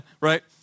Right